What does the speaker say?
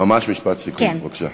ממש משפט סיכום בבקשה,